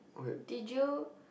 did you